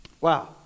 Wow